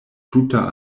tuta